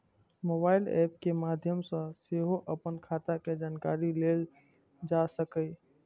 mobile app के माध्य सं सेहो अपन खाता के जानकारी लेल जा सकैए